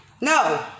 No